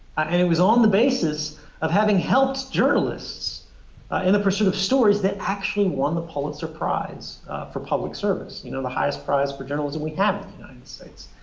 and it was on the basis of having helped journalists in the pursuit of stories that actually won the pulitzer prize for public service. you know, the highest prize for journalism we have in the united states.